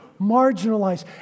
marginalized